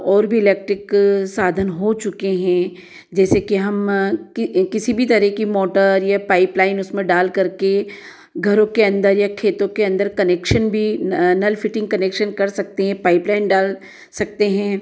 और भी इलेक्ट्रिक साधन हो चुके हैं जैसे कि हम कि किसी भी तरह कि मोटर या पाइप लाइन उसमें डालकर के घरों के अंदर या खेतों के अंदर कनेक्शन भी नल फिटिंग कनेक्सन कर सकते हैं पाइप लाइन डाल सकते हैं